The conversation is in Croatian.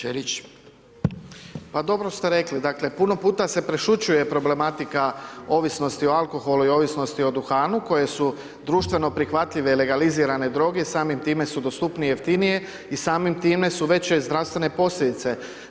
Pa dobro ste rekli, dakle, puno puta se prešućuje problematika ovisnosti o alkoholu i ovisnosti o duhanu koje su društveno prihvatljive, legalizirane droge i samim time su dostupnije i jeftinije i samim time su veće zdravstvene posljedice.